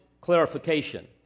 clarification